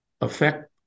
affect-